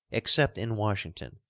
except in washington,